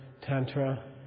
tantra